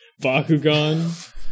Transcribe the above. Bakugan